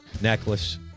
necklace